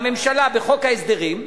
בממשלה, בחוק ההסדרים,